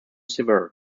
severed